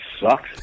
sucks